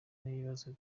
n’ibibazo